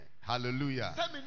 Hallelujah